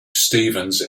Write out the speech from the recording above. stevens